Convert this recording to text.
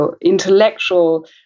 intellectual